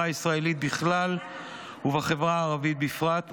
הישראלית בכלל ובחברה הערבית בפרט,